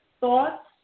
thoughts